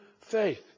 faith